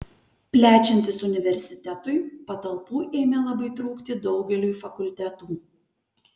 plečiantis universitetui patalpų ėmė labai trūkti daugeliui fakultetų